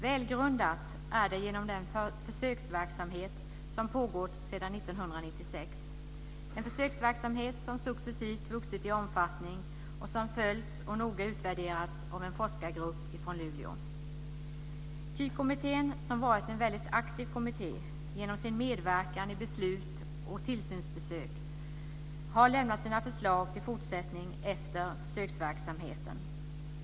Välgrundat är det genom den försöksverksamhet som pågått sedan 1996, en försöksverksamhet som successivt vuxit i omfattning och som följts och noga utvärderats av en forskargrupp från Luleå. KY kommittén, som varit en väldigt aktiv kommitté genom sin medverkan i beslut och tillsynsbesök, har lämnat sina förslag till fortsättning efter försöksverksamheten.